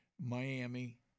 Miami